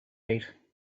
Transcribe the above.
gate